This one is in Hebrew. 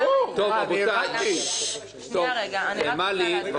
מלי, בבקשה.